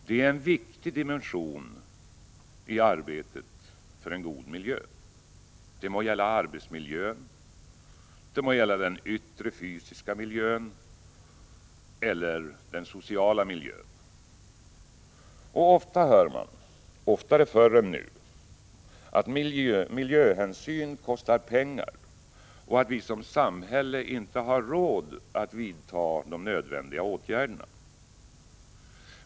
Det är en viktig dimension i arbetet för en god miljö — det må gälla arbetsmiljön, den yttre fysiska miljön eller den sociala miljön. Ofta hör man — oftare förr än nu — att miljöhänsyn kostar pengar och att vi som samhälle inte har råd att vidta de nödvändiga åtgärderna.